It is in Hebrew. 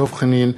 דב חנין,